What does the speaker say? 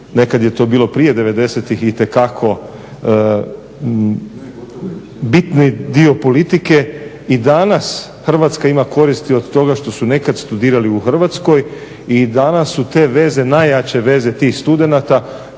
nekad je to bilo prije devedesetih itekako bitni dio politike. I danas Hrvatska ima koristi od toga što su nekada studirali u Hrvatskoj i danas su te veze najjače veze tih studenata.